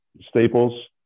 staples